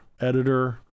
editor